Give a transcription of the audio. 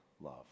love